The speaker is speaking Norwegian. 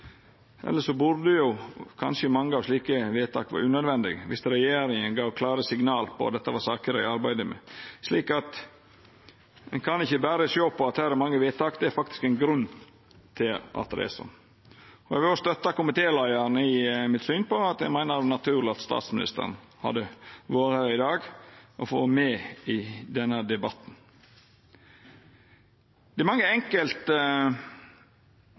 burde kanskje mange slike vedtak vore unødvendige – viss regjeringa gav klare signal om at dette var saker dei arbeidde med. Ein kan ikkje berre sjå på at her er mange vedtak, det er faktisk ein grunn til at det er sånn. Eg vil òg støtta komitéleiaren i synet på at det hadde vore naturleg at statsministeren hadde vore her i dag og vore med i denne debatten. Det er mange